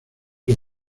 que